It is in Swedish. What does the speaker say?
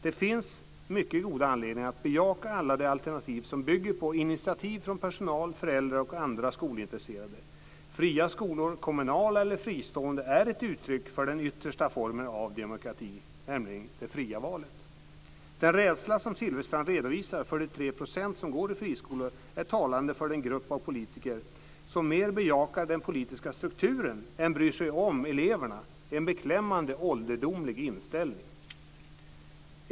Det finns mycket goda anledningar att bejaka alla de alternativ som bygger på initiativ från personal, föräldrar och andra skolintresserade. Fria skolor - kommunala eller fristående - är ett uttryck för den yttersta formen av demokrati, nämligen det fria valet. Den rädsla som Silfverstrand redovisar för de 3 % som går i friskolor är talande för den grupp av politiker som mer bejakar den politiska strukturen än bryr sig om eleverna - en beklämmande ålderdomlig inställning.